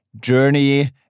journey